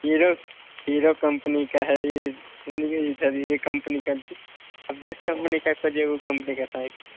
hero Hero company का है ये सुनिए इधर ये कंपनी का आप जिस कंपनी का सजे ऊ कंपनी का साई